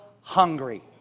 hungry